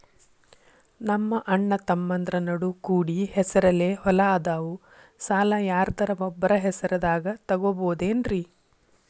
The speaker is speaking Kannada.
ನಮ್ಮಅಣ್ಣತಮ್ಮಂದ್ರ ನಡು ಕೂಡಿ ಹೆಸರಲೆ ಹೊಲಾ ಅದಾವು, ಸಾಲ ಯಾರ್ದರ ಒಬ್ಬರ ಹೆಸರದಾಗ ತಗೋಬೋದೇನ್ರಿ?